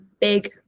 big